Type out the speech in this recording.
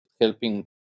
helping